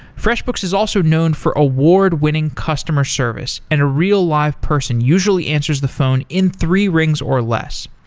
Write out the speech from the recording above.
freshbooks is also known for award-winning customer service and a real live person usually answers the phone in three rings or less.